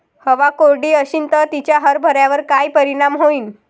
हवा कोरडी अशीन त तिचा हरभऱ्यावर काय परिणाम होईन?